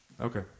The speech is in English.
Okay